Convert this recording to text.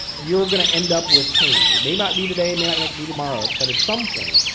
you're going to end up with pain. it may not be today, it may not be tomorrow. but at some point,